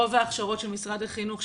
רוב ההכשרות של משרד החינוך,